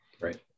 Right